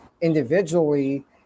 individually